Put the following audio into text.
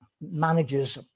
managers